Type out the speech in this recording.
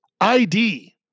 ID